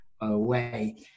away